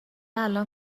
الان